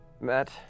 Matt